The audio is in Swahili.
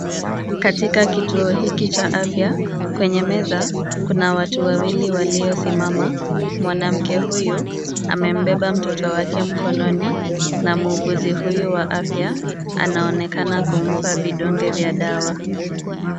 Katika kituo hiki cha afya kwenye meza kuna watu wawili walio simama mwanamke huyu amembeba mtoto wake mkononi na muuguzi huo wa afya anaonekana kumpaa vidonge vya dawa.